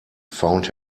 found